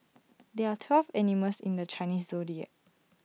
there are twelve animals in the Chinese Zodiac